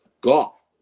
golf